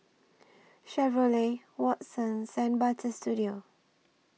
Chevrolet Watsons and Butter Studio